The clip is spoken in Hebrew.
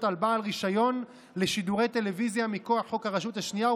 על בעל רישיון לשידורי טלוויזיה מכוח חוק הרשות השנייה,